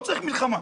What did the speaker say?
לא צריך מלחמה.